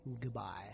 goodbye